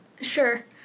Sure